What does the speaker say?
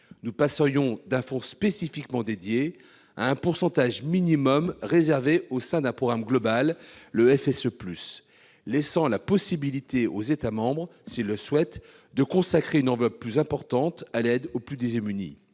nous passerions d'un fonds spécifiquement dédié à un pourcentage minimum réservé au sein d'un programme global, le FSE+, laissant la possibilité aux États membres, s'ils le souhaitent, de consacrer une enveloppe plus importante à l'aide aux plus démunis.